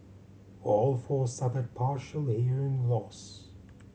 all four suffered partial hearing loss